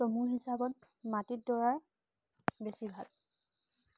তো মোৰ হিচাপত মাটিত দৌৰা বেছি ভাল